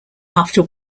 after